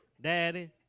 daddy